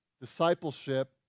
discipleship